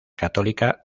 católica